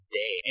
day